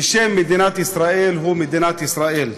ששם מדינת ישראל הוא "מדינת ישראל",